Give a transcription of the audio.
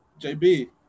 JB